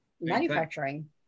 manufacturing